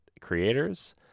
creators